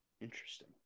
Interesting